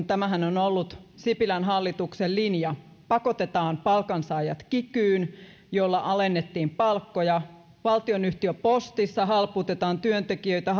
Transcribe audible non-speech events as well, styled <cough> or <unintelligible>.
<unintelligible> tämähän on ollut sipilän hallituksen linja pakotetaan palkansaajat kikyyn jolla alennettiin palkkoja valtionyhtiö postissa halpuutetaan työntekijöitä <unintelligible>